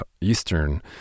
Eastern